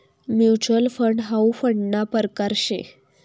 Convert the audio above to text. mutual fund हाउ फंडना परकार शे